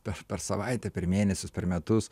aš per savaitę per mėnesius per metus